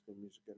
Music